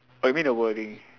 oh you mean the wording